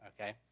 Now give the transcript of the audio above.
okay